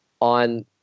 on